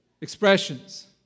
expressions